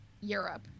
europe